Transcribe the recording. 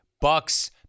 Bucks